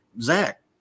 Zach